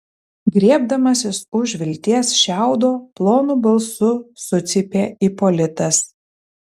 griebdamasis už vilties šiaudo plonu balsu sucypė ipolitas